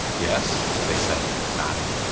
yes they said nodding.